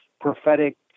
prophetic